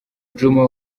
djuma